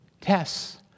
tests